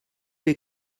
les